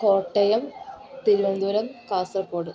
Kottayam Thiruvananthapuram Kasaragod